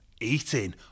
eating